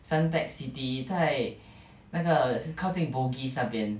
suntec city 在那个靠近 bugis 那边